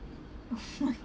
oh my